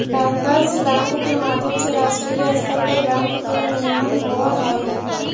bankers bank के माध्यम से राष्ट्रीय स्तर पर बैंक के नियमन होवऽ हइ